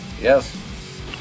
Yes